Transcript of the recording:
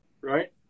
Right